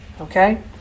Okay